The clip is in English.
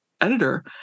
editor